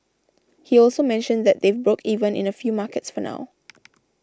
he also mentioned that they've broke even in a few markets for now